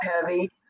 heavy